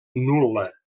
nul·la